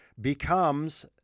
becomes